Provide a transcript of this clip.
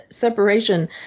separation